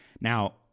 Now